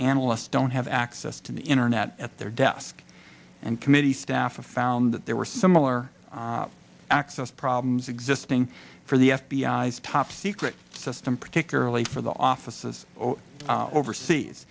analysts don't have access to the internet at their desk and committee staff and found that there were similar access problems existing for the f b i for top secret system particularly for the offices overseas